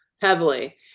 heavily